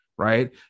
Right